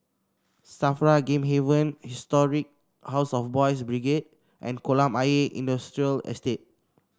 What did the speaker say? Safra Game Haven Historic House of Boys' Brigade and Kolam Ayer Industrial Estate